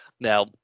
Now